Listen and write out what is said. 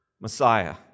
Messiah